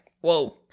whoa